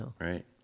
right